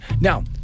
Now